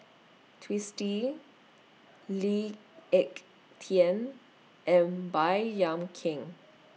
Twisstii Lee Ek Tieng and Baey Yam Keng